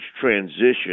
transition